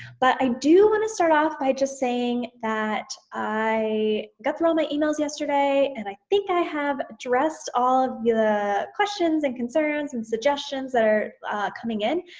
but i do wanna start off by just saying that i got through um all emails yesterday, and i think i have address all of the questions, and concerns, and suggestions that are coming in.